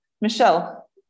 Michelle